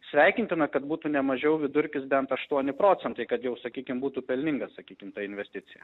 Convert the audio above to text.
sveikintina kad būtų nemažiau vidurkis bent aštuoni procentai kad jau sakykim būtų pelningas sakykim ta investicija